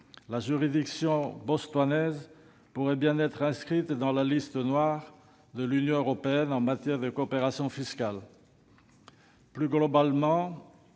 la durée, le Botswana pourrait bien être inscrit sur la liste « noire » de l'Union européenne en matière de coopération fiscale. Plus globalement,